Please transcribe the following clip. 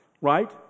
right